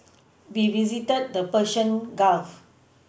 we visited the Persian Gulf